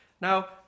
Now